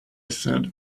said